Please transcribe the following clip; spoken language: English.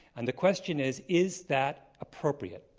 and the question is, is that appropriate.